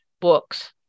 books